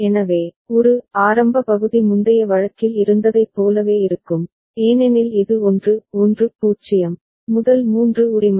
எனவே ஒரு ஆரம்ப பகுதி முந்தைய வழக்கில் இருந்ததைப் போலவே இருக்கும் ஏனெனில் இது 1 1 0 முதல் மூன்று உரிமை